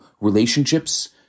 relationships